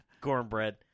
Cornbread